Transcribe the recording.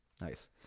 Nice